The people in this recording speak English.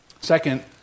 Second